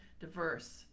Diverse